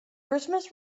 christmas